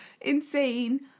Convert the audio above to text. Insane